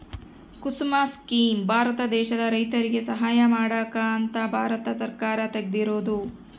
ಕುಸುಮ scheme Bharat ದೇಶದ ರೈತರಿಗೆ ಸಹಾಯ ಮಾಡಕ ಅಂತ ಭಾರತ ಸರ್ಕಾರ ತೆಗ್ದಿರೊದು